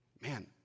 man